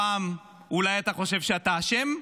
הפעם אולי אתה חושב שאתה אשם?